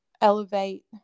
elevate